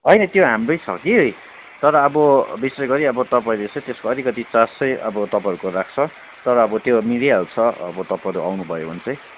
होइन त्यो हाम्रै छ कि तर अब विशेष गरी अब तपाईँले चाहिँ त्यसको अलिकति चार्ज चाहिँ अब तपाईँहरूको लाग्छ तर अब त्यो मिलिहाल्छ अब तपाईँहरू आउनु भयो भने चाहिँ